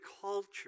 culture